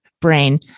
brain